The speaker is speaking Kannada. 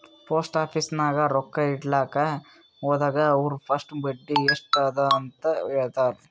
ಪೋಸ್ಟ್ ಆಫೀಸ್ ನಾಗ್ ರೊಕ್ಕಾ ಇಡ್ಲಕ್ ಹೋದಾಗ ಅವ್ರ ಫಸ್ಟ್ ಬಡ್ಡಿ ಎಸ್ಟ್ ಅದ ಅಂತ ಹೇಳ್ತಾರ್